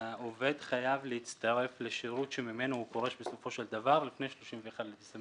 העובד חייב להצטרף לשירות שממנו הוא פורש בסופו של דבר לפני 31 בדצמבר